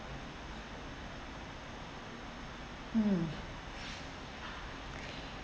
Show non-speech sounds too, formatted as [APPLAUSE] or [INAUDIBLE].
mm [BREATH]